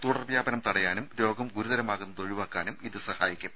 തുടർ വ്യാപനം തടയാനും രോഗം ഗുരുതരമാകുന്നത് ഒഴിവാക്കാനും ഇത് സഹായിക്കും